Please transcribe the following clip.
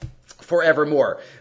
forevermore